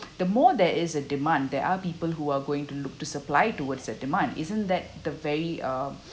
the more there is a demand there are people who are going to look to supply towards that demand isn't that the very uh